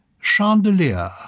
chandelier